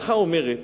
ההלכה אומרת